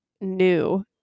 new